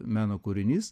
meno kūrinys